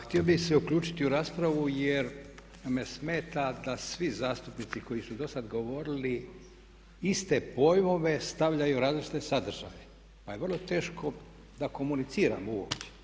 Htio bih se uključiti u raspravu jer me smeta da svi zastupnici koji su do sada govorili iste pojmove stavljaju u različite sadržaje pa je vrlo teško da komuniciramo uopće.